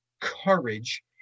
Courage